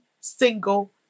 single